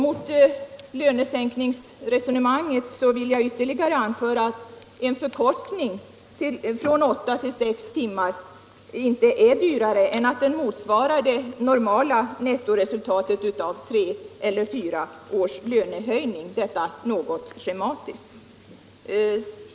Mot lönesänkningsresonemanget vill jag ytterligare anföra att en förkortning från åtta till sex timmar inte är dyrare än att den motsvarar det normala nettoresultatet av tre eller fyra års lönehöjning — något schematiskt.